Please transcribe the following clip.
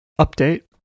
update